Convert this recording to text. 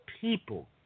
people